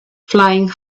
flying